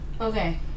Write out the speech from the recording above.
Okay